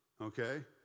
okay